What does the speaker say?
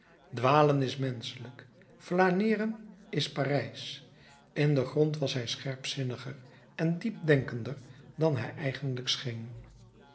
dwalen is menschelijk flaneeren is parijsch in den grond was hij scherpzinniger en diepdenkender dan hij eigenlijk